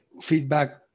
feedback